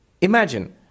Imagine